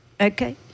Okay